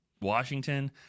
Washington